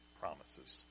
promises